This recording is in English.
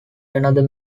another